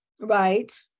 Right